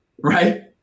Right